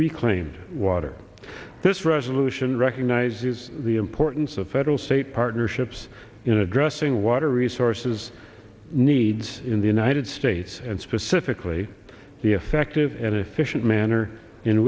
reclaimed water this resolution recognizes the importance of federal state partnerships in addressing water resources needs in the united states and specifically the effective and efficient manner in